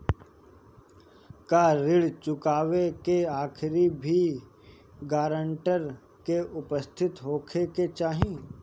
का ऋण चुकावे के खातिर भी ग्रानटर के उपस्थित होखे के चाही?